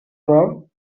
from